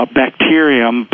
bacterium